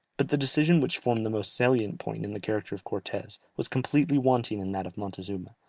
but the decision which formed the most salient point in the character of cortes, was completely wanting in that of montezuma,